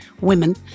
women